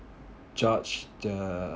judge the